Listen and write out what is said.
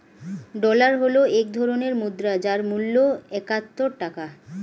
dollar হল এক ধরনের মুদ্রা যার মূল্য একাত্তর টাকা